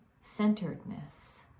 centeredness